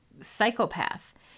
psychopath